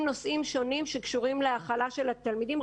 נושאים שונים שקשורים להכלה של התלמידים.